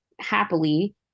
happily